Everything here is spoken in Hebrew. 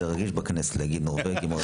זה רגיש בכנסת להגיד נורווגים.